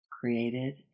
created